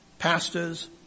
Pastors